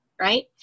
right